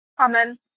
Amen